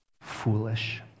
foolish